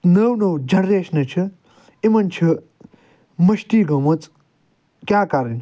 نٔو نٔو جٮ۪نرٮ۪شنہٕ چھِ یِمن چھُ مٔشتھٕے گٔمٕژ کیٚاہ کرٕنۍ